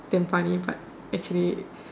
damn funny but actually it